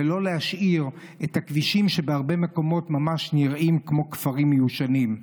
ולא להשאיר כבישים שבהרבה מקומות ממש נראים כמו כפרים מיושנים,